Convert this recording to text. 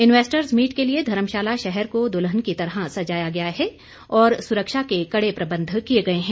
investors meet के लिए धर्मशाला शहर को दुल्हन की तरह सजाया गया है और सुरक्षा के कड़े प्रबंध किए गए हैं